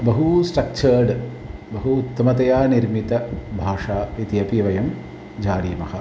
बहु स्ट्रक्चर्ड् बहु उत्तमतया निर्मिता भाषा इति अपि वयं जानीमः